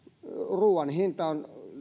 ruuan hinta on